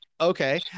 Okay